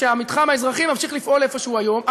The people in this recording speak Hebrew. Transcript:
שהמתחם האזרחי ממשיך לפעול איפה שהוא היום.